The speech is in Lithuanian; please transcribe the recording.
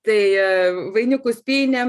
tai vainikus pynė